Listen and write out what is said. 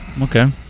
Okay